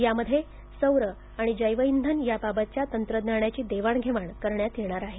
यामध्ये सौर आणि जैवइंधन याबाबतचं तंत्रज्ञानाची देवाणघेवाण करण्यात येणार आहे